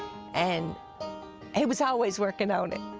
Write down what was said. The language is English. and he was always workin' on it.